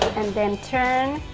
and then turn.